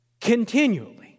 continually